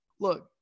Look